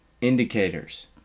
indicators